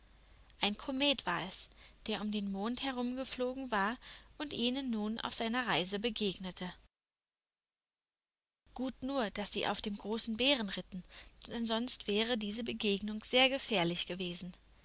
ein komet war es der um den mond herumgeflogen war und ihnen nun auf seiner reise begegnete gut nur daß sie auf dem großen bären ritten denn sonst wäre diese begegnung sehr gefährlich gewesen